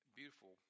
beautiful